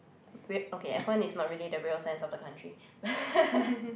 real okay I find it's not really the real sense of the country